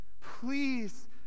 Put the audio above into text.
Please